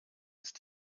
ist